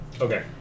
Okay